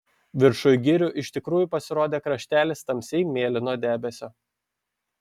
viršuj girių iš tikrųjų pasirodė kraštelis tamsiai mėlyno debesio